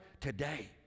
today